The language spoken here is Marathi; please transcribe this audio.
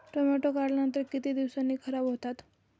टोमॅटो काढणीनंतर किती दिवसांनी खराब होतात?